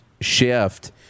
shift